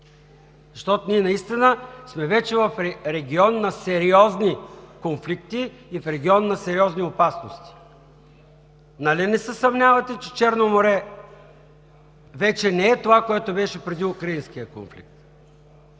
защото ние наистина сме вече в регион на сериозни конфликти и в регион на сериозни опасности. Нали не се съмнявате, че Черно море вече не е това, което беше преди украинския конфликт?